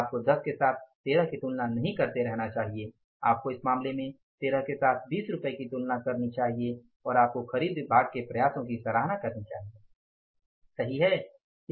आपको 10 के साथ 13 रुपये की तुलना नहीं करते रहना चाहिए आपको इस मामले में 13 के साथ 20 रुपये की तुलना करनी चाहिए और आपको खरीद विभाग के प्रयासों की सराहना करनी चाहिए सही है